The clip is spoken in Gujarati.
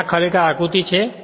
હવે આ ખરેખર આકૃતિ છે